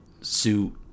suit